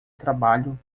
trabalho